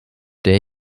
der